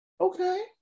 Okay